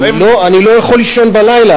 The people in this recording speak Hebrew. אני לא יכול לישון בלילה,